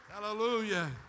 Hallelujah